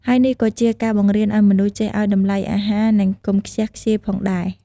ហើយនេះក៏ជាការបង្រៀនឲ្យមនុស្សចេះ ឲ្យតម្លៃអាហារ និងកុំខ្ជះខ្ជាយផងដែរ។